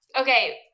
Okay